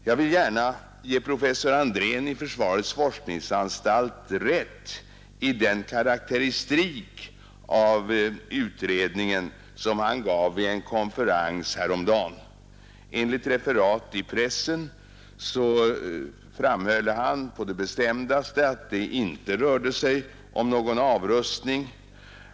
Jag vill gärna ge professor Andrén i försvarets forskningsanstalt rätt i den karakteristik av utredningen som han gav vid en konferens häromdagen. Enligt referat i pressen framhöll han på det bestämdaste att det inte rör sig om någon avrustning.